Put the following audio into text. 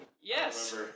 yes